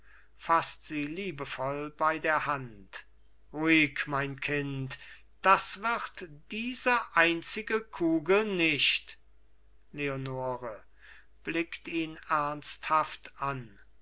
faßt sie liebevoll bei der hand ruhig mein kind das wird diese einzige kugel nicht leonore blickt ihn ernsthaft an